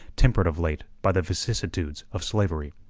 tempered of late by the vicissitudes of slavery.